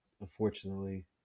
unfortunately